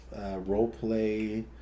Roleplay